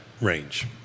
range